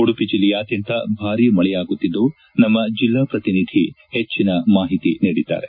ಉಡಪಿ ಜಿಲ್ಲೆಯಾದ್ಕಂತ ಭಾರಿ ಮಳೆಯಾಗುತ್ತಿದ್ದು ನಮ್ಮ ಜಿಲ್ಲಾ ಪ್ರತಿನಿಧಿ ಹೆಚ್ಚಿನ ಮಾಹಿತಿ ನೀಡಿದ್ದಾರೆ